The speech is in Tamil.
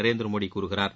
நரேந்திரமோடி கூறுகிறார்